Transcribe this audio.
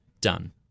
done